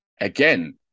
again